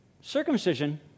Circumcision